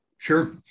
sure